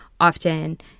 often